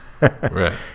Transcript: right